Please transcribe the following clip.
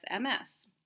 MS